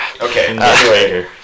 Okay